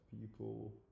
people